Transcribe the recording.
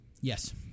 Yes